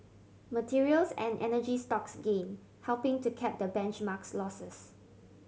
materials and energy stocks gain helping to cap the benchmark's losses